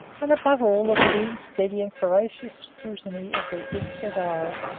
and above all the keen, steady, and ferocious scrutiny of their deep-set eyes,